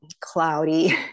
cloudy